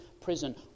prison